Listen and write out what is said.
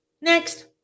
next